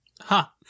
Ha